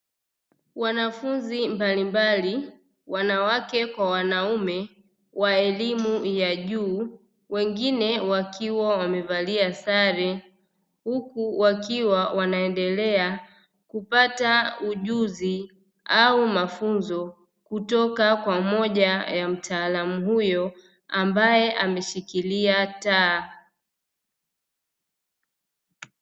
Wanafunzi mbalimbali, wanawake kwa wanaume wa elimu ya juu, wengine wakiwa wamevalia sare, huku wakiwa wanaendelea kupata ujuzi au mafunzo kutoka kwa moja ya mtaalamu huyo ambaye ameshikilia taa.